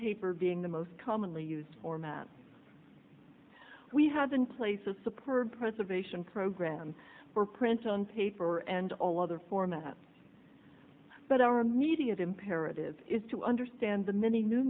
paper being the most commonly used format we have been places support preservation program or print on paper and all other formats but our immediate imperative is to understand the many new